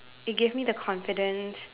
it gave me the confidence